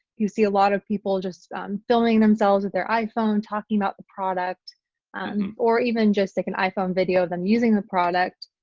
you see a lot of people just filming themselves with their iphone, talking about the product um or even just like an iphone video of them using the product.